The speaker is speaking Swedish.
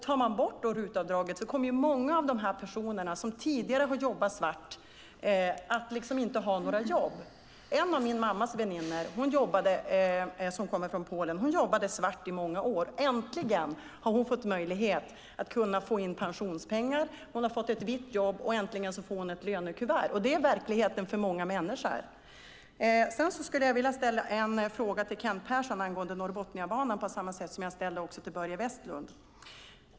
Tar man bort RUT-avdraget kommer många av de personer som tidigare har jobbat svart att inte ha några jobb. En av min mammas väninnor, som kommer från Polen, jobbade svart i många år. Äntligen har hon fått möjlighet att få in pensionspengar. Hon har fått ett vitt jobb, och äntligen får hon ett lönekuvert. Det är verkligheten för många människor. Jag skulle vilja ställa en fråga till Kent Persson angående Norrbotniabanan. Jag ställde den även till Börje Vestlund.